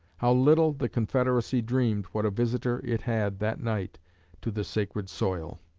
how little the confederacy dreamed what a visitor it had that night to the sacred soil